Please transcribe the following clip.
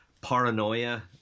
paranoia